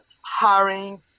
hiring